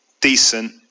Decent